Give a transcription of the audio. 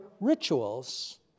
rituals